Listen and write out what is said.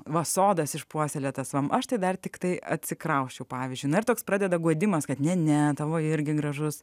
va sodas išpuoselėtas o aš dar tiktai atsikrausčiau pavyzdžiui ar toks pradeda guodimas kad ne ne tavo irgi gražus